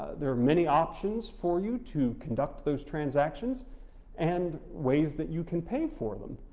there are many options for you to conduct those transactions and ways that you can pay for them,